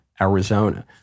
Arizona